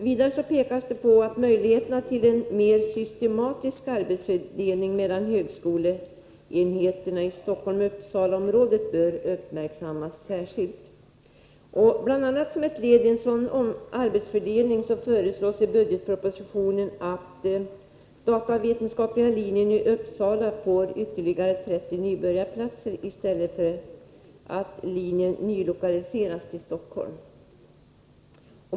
Vidare pekas det på att möjligheterna till en mer systematisk arbetsfördelning mellan högskoleenheterna i Stockholm-Uppsalaområdet bör uppmärksammas särskilt. Bl. a. som ett led i en sådan arbetsfördelning föreslås i budgetpropositionen att datavetenskapliga linjen i Uppsala får ytterligare 30 nybörjarplatser, i stället för att linjen nylokaliseras till Stockholm.